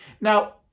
Now